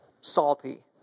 salty